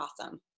Awesome